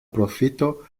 profito